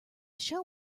show